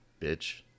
bitch